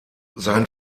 sein